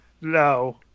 no